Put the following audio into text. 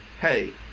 hey